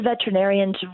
veterinarians